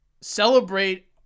celebrate